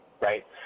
right